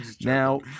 Now